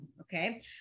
Okay